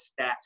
stats